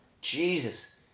Jesus